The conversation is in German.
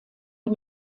dem